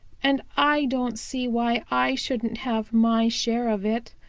and i don't see why i shouldn't have my share of it.